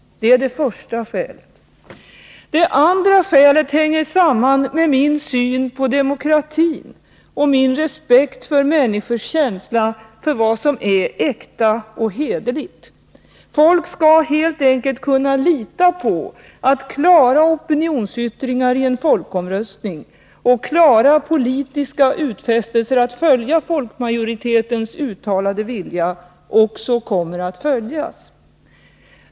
Det är det första skälet. Det andra skälet hänger samman med min syn på demokratin och min respekt för människors känsla för vad som är äkta och hederligt. Folk skall helt enkelt kunna lita på att klara opinionsyttringar i en folkomröstning och klara politiska utfästelser att följa folkmajoritetens uttalade vilja också kommer att följas.